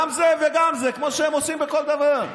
גם זה וגם זה, כמו שהם עושים בכל דבר.